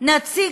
נציג